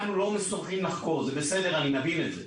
אנחנו לא מסוגלים לחקור, אני מבין את זה.